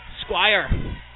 Squire